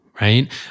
right